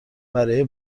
برای